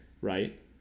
right